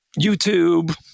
YouTube